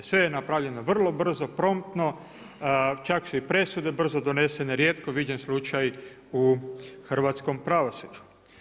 Sve je napravljeno, vrlo brzo, prontno, čak su i presude brzo donesene, rijetko viđen slučaj u hrvatskom pravosuđu.